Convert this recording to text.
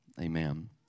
Amen